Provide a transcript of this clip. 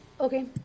Okay